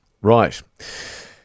Right